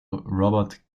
robert